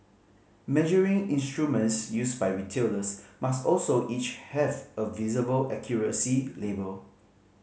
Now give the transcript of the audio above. measuring instruments used by retailers must also each have a visible accuracy label